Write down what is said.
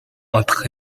entre